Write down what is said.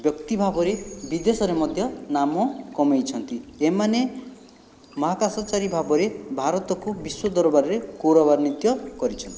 ବ୍ୟକ୍ତି ଭାବରେ ବିଦେଶରେ ମଧ୍ୟ ନାମ କମାଇଛନ୍ତି ଏମାନେ ମହାକାଶଚାରୀ ଭାବରେ ଭାରତକୁ ବିଶ୍ଵଦରବାରରେ ଗୌରବାନ୍ୱିତ କରିଛନ୍ତି